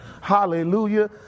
Hallelujah